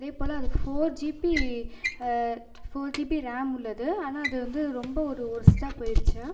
அதைப் போல் அது ஃபோர் ஜிபி ஃபோர் ஜிபி ரேம்முள்ளது ஆனால் அது வந்து ரொம்ப ஒரு ஒர்ஸ்ட்டாக போயிடுச்சு